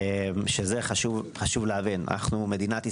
אנחנו מדינת ישראל,